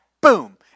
Boom